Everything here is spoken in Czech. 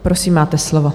Prosím, máte slovo.